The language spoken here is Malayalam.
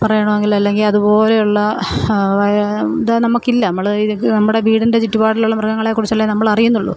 പറയണമെങ്കിൽ അല്ലെങ്കിൽ അത്പോലെയുള്ള ഇത് നമുക്കില്ല നമ്മള് ഇത് നമ്മുടെ വീടിൻ്റെ ചുറ്റുപാടിലുള്ള മൃഗങ്ങളെ കുറിച്ചല്ലെ നമ്മള് അറിയുന്നുള്ളൂ